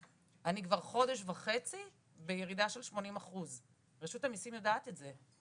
אני כבר חודש וחצי בירידה של 80%. רשות המיסים יודעת את זה.